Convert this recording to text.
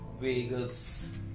Vegas